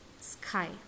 sky